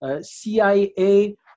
CIA